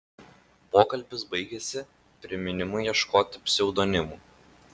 pokalbis baigėsi priminimu ieškoti pseudonimų